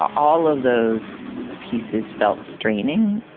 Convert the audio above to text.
all of those pieces felt straining.